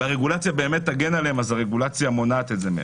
והרגולציה תגן עליהם, הרגולציה מונעת את זה מהם.